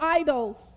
idols